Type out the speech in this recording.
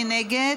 מי נגד?